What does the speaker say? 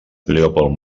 leopold